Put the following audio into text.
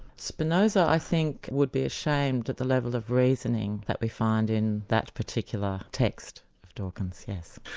spinoza i think would be ashamed at the level of reasoning that we find in that particular text of dawkins, yes.